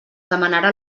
demanarà